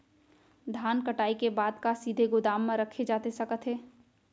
धान कटाई के बाद का सीधे गोदाम मा रखे जाथे सकत हे?